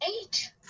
eight